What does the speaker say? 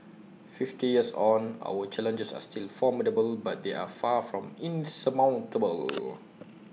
fifty years on our challenges are still formidable but they are far from insurmountable